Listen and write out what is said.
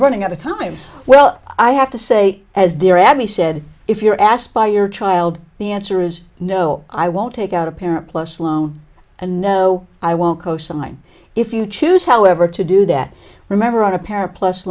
running out of time well i have to say as dear abby said if you're asked by your child the answer is no i won't take out a parent plus loan and no i won't cosign if you choose however to do that remember on a pair of plus